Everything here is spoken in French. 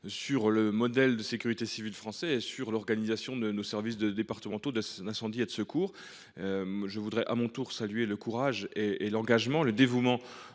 sur le modèle français de sécurité civile, en particulier sur l’organisation de nos services départementaux d’incendie et de secours. Je voudrais à mon tour saluer le courage, l’engagement et le dévouement